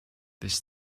this